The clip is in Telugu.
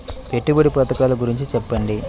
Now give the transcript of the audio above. పెట్టుబడి పథకాల గురించి చెప్పండి?